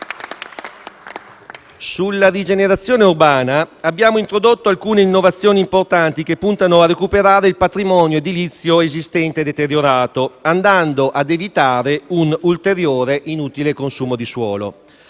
Sulla rigenerazione urbana abbiamo introdotto alcune innovazioni importanti, che puntano a recuperare il patrimonio edilizio esistente e deteriorato, andando a evitare un ulteriore inutile consumo di suolo.